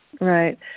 Right